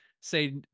say